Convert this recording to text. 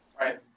right